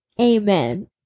Amen